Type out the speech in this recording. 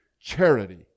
charity